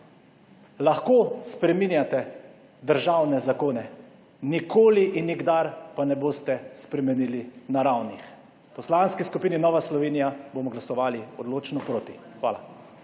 Lahko spreminjate državne zakone, nikoli in nikdar pa ne boste spremenili naravnih. V Poslanski skupini Nova Slovenija bomo glasovali odločno proti. Hvala.